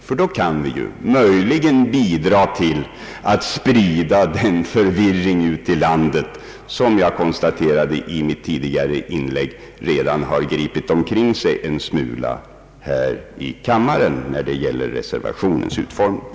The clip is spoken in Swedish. Gör vi det kan vi möjligen bidra till att ut i landet sprida den förvirring som — vilket jag konstaterade i mitt tidigare inlägg — redan har gripit omkring sig en smula här i kammaren när det gäller innebörden av en av reservationerna.